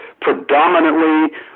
predominantly